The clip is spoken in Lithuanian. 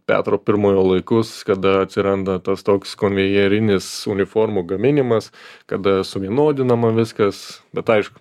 petro pirmojo laikus kada atsiranda tas toks konvejerinis uniformų gaminimas kada suvienodinama viskas bet aišku